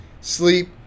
Sleep